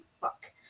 fuck